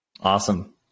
awesome